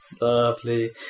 Lovely